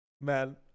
Man